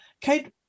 Kate